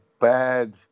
bad